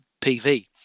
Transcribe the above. PV